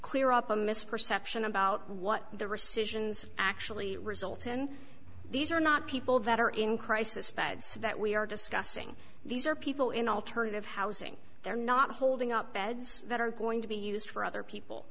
clear up a misperception about what the rescissions actually results and these are not people that are in crisis beds that we are discussing these are people in alternative housing they're not whole thing up beds that are going to be used for other people